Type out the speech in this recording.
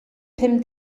pum